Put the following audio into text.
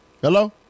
Hello